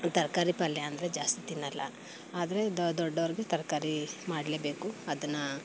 ತರಕಾರಿ ಪಲ್ಯ ಅಂದರೆ ಜಾಸ್ತಿ ತಿನ್ನೋಲ್ಲ ಆದರೆ ದೊಡ್ಡೋರಿಗೆ ತರಕಾರಿ ಮಾಡಲೇಬೇಕು ಅದನ್ನು